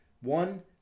One